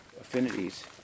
affinities